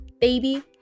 baby